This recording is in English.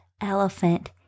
elephant